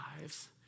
lives